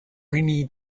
rainy